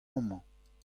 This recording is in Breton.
amañ